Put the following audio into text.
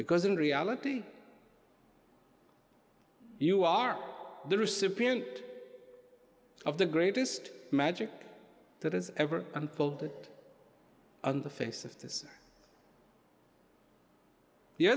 because in reality you are the recipient of the greatest magic that has ever unfolded on the face